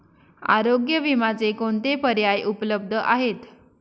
आरोग्य विम्याचे कोणते पर्याय उपलब्ध आहेत?